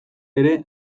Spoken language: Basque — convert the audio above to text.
ere